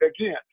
again